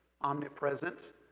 omnipresent